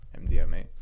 mdma